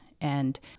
And-